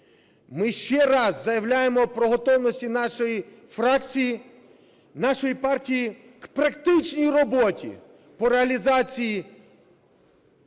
Ми ще раз заявляємо про готовності нашої фракції, нашої партії к практичній роботі по реалізації